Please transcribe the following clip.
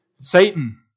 Satan